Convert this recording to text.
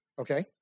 Okay